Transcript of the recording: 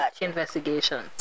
investigation